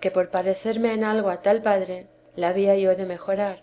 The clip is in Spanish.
que por parecerme en algo a tal padre la había yo de mejorar